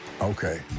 Okay